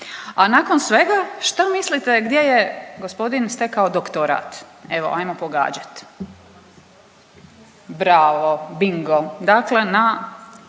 A nakon svega šta mislite gdje je gospodin stekao doktorat, evo ajmo pogađat? Bravo, bingo, dakle na